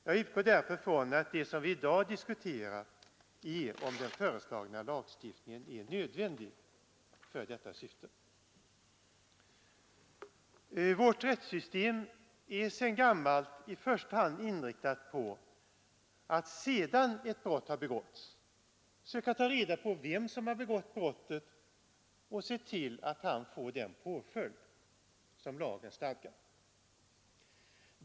Jag utgår därför från att det vi i dag diskuterar är om den föreslagna lagstiftningen är nödvändig för detta syfte. Vårt rättssystem är sedan gammalt i första hand inriktat på att, sedan ett brott har begåtts, söka ta reda på vem som har begått brottet och se till att han får den påföljd som lagen stadgar.